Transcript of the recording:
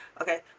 Okay